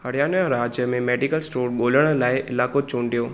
हरियाणा राज्य में मेडिकल स्टोरु ॻोल्हणु लाइ इलाक़ो चूंडियो